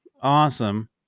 Awesome